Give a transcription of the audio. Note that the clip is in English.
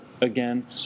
again